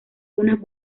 unas